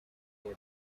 near